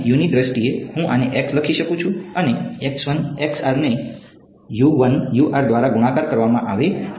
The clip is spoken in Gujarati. અને ની દ્રષ્ટિએ હું આને લખી શકું છું અને ને દ્વારા ગુણાકાર કરવામાં આવે છે